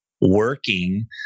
working